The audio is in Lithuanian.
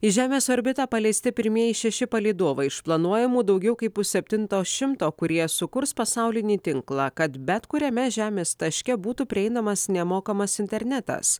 į žemės orbitą paleisti pirmieji šeši palydovai iš planuojamų daugiau kaip pusseptinto šimto kurie sukurs pasaulinį tinklą kad bet kuriame žemės taške būtų prieinamas nemokamas internetas